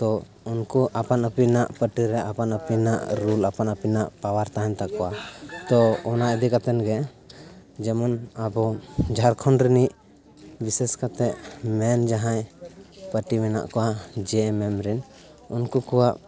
ᱛᱚ ᱩᱱᱠᱩ ᱟᱯᱟᱱ ᱟᱹᱯᱤᱱᱟᱜ ᱯᱟᱴᱤᱨᱮ ᱟᱯᱟᱱᱟᱹᱯᱤᱱᱟᱜ ᱨᱩᱞ ᱟᱯᱟᱱᱟᱹᱯᱤᱱᱟᱜ ᱯᱟᱣᱟᱨ ᱛᱟᱦᱮᱱ ᱛᱟᱠᱚᱣᱟ ᱛᱚ ᱚᱱᱟ ᱤᱫᱤ ᱠᱟᱛᱮᱫᱜᱮ ᱡᱮᱢᱚᱱ ᱟᱵᱚ ᱡᱷᱟᱨᱠᱷᱚᱸᱰ ᱨᱤᱱᱤᱡ ᱵᱤᱥᱮᱥ ᱠᱟᱛᱮᱫ ᱢᱮᱱ ᱡᱟᱦᱟᱸᱭ ᱯᱟᱴᱤ ᱢᱮᱱᱟᱜ ᱠᱚᱣᱟ ᱡᱮ ᱮᱢ ᱮᱢ ᱨᱮᱱ ᱩᱱᱠᱩ ᱠᱚᱣᱟᱜ